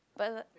but